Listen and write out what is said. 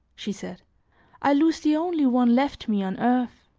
she said i lose the only one left me on earth,